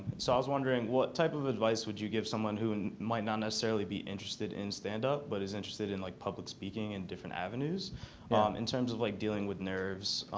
so i was wondering, what type of advice would you give someone who and might not necessarily be interested in stand-up, but is interested in like public speaking and different avenues in terms of like dealing with nerves.